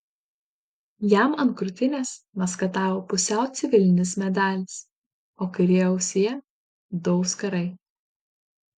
jam ant krūtinės maskatavo pusiau civilinis medalis o kairėje ausyje du auskarai